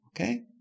Okay